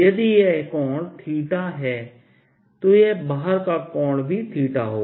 यदि यह कोण थीटा है तो यह बाहर का कोण भी थीटा होगा